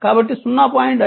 కాబట్టి 0